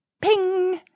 Ping